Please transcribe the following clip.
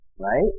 Right